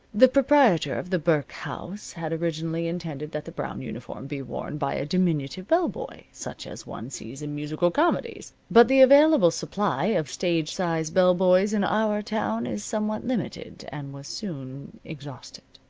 the proprietor of the burke house had originally intended that the brown uniform be worn by a diminutive bell-boy, such as one sees in musical comedies. but the available supply of stage size bell-boys in our town is somewhat limited and was soon exhausted.